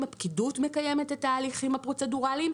הפקידות מקיימת את ההליכים הפרוצדורליים.